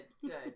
good